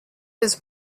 his